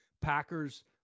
Packers